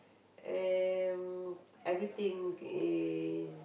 um everything is